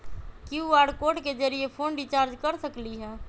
QR code के जरिय phone recharge कर सकली ह?